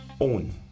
Own